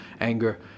anger